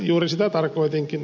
juuri sitä tarkoitinkin